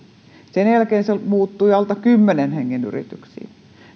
sen jälkeen se muuttui alta kymmenen hengen yrityksiin